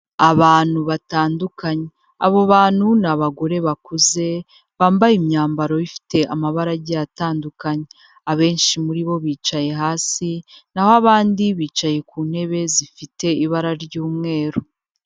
Abantu batandukanye, abo bantu ni abagore bakuze, bambaye imyambaro ifite amabara agiye atandukanye, abenshi muri bo bicaye hasi, na ho abandi bicaye ku ntebe zifite ibara ry'umweru.